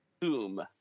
Boom